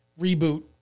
reboot